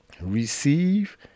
receive